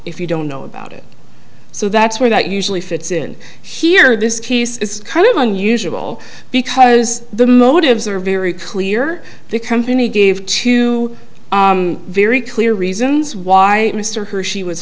if you don't know about it so that's where that usually fits in here this case is kind of unusual because the motives are very clear the company gave two very clear reasons why mr her she was